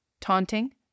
taunting